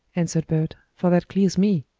answered bert, for that clears me.